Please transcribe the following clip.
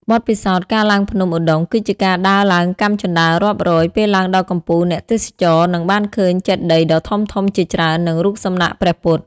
បទពិសោធន៍ ការឡើងភ្នំឧដុង្គគឺជាការដើរឡើងកាំជណ្តើររាប់រយ ពេលឡើងដល់កំពូល អ្នកទេសចរនឹងបានឃើញចេតិយដ៏ធំៗជាច្រើន និងរូបសំណាកព្រះពុទ្ធ។